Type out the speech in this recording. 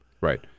Right